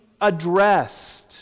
addressed